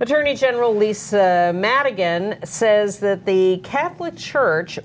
attorney general lisa madigan says that the catholic church